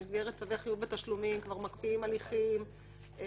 במסגרת צווי חיוב בתשלומים כבר מקפיאים הליכים או